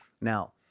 Now